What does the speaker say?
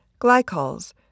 glycols